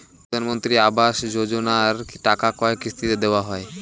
প্রধানমন্ত্রী আবাস যোজনার টাকা কয় কিস্তিতে দেওয়া হয়?